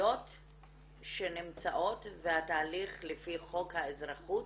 ערביות שנמצאות והתהליך לפי חוק האזרחות